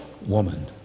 woman